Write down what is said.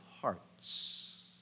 hearts